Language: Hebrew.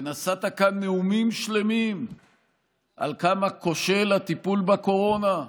ונשאת כאן נאומים שלמים על כמה כושל הטיפול בקורונה,